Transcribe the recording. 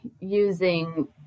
using